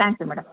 thanks madam